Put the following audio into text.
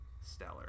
stellar